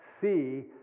see